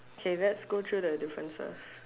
okay let's go through the differences